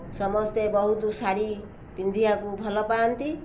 ସମସ୍ତେ ବହୁତ ଶାଢ଼ୀ ପିନ୍ଧିବାକୁ ଭଲ ପାଆନ୍ତି